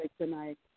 tonight